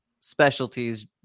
specialties